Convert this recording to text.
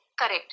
Correct